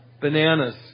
Bananas